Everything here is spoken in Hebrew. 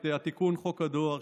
את תיקון חוק הדואר,